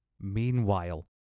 Meanwhile